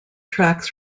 tracks